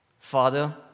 Father